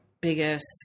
biggest